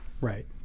Right